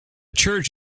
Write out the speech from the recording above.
church